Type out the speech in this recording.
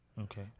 Okay